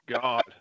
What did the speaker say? God